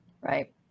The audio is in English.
Right